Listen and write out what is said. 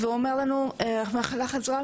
הרופא אמר לנו: המחלה חזרה,